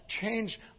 change